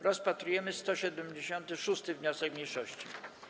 Rozpatrujemy 175. wniosek mniejszości.